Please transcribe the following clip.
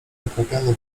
nakrapiany